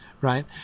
right